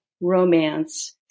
romance